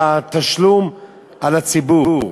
והתשלום של הציבור.